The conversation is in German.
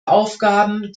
aufgaben